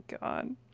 god